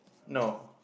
no